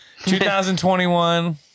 2021